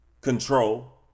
control